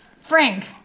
Frank